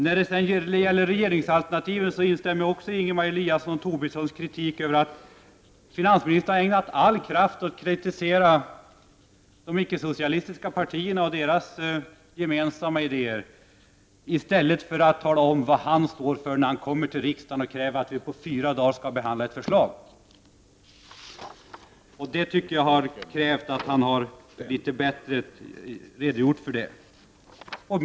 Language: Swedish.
När det gäller regeringsalternativ instämmer jag också i Ingemar Eliassons och Lars Tobissons kritik över att finansministern ägnat all kraft åt att kritisera de icke-socialistiska partierna och deras gemensamma idéer i stället för att tala om vad han står för när han kommer till riksdagen och kräver att vi på fyra dagar skall behandla ett förslag. Då skulle han litet bättre ha redogjort för detta förslag.